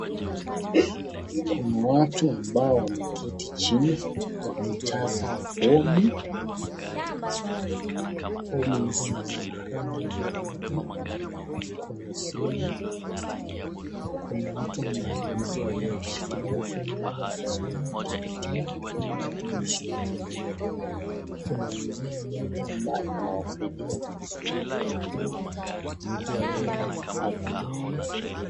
Kuna watu ambao wameketi chini wakijaza fomu. Fomu hizo ni za rangi nyeupe. Kuna simu, kuna mtu ambaye amesimama akishikilia fomu ile akisoma, akipitia akifanya marekebisho. Kuna mzee mmoja ambaye anawasaidia kuchukua alama za vidole.